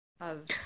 of-